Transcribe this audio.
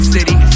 City